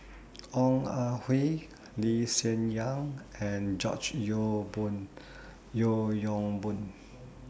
Ong Ah Hoi Lee Hsien Yang and George Boon Yeo Yong Boon